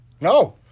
No